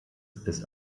ist